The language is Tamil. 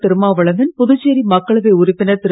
திருமாவளவன் புதுச்சேரி மக்களவை உறுப்பினர் திரு